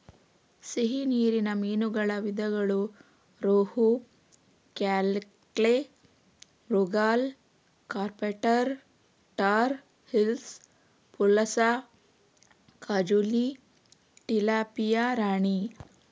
ಸಿಹಿ ನೀರಿನ ಮೀನುಗಳ ವಿಧಗಳು ರೋಹು, ಕ್ಯಾಟ್ಲಾ, ಮೃಗಾಲ್, ಕಾರ್ಪ್ ಟಾರ್, ಟಾರ್ ಹಿಲ್ಸಾ, ಪುಲಸ, ಕಾಜುಲಿ, ಟಿಲಾಪಿಯಾ ರಾಣಿ